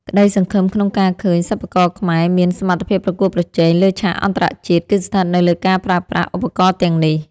ក្តីសង្ឃឹមក្នុងការឃើញសិប្បករខ្មែរមានសមត្ថភាពប្រកួតប្រជែងលើឆាកអន្តរជាតិ គឺស្ថិតនៅលើការប្រើប្រាស់ឧបករណ៍ទាំងនេះ។